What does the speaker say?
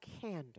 candor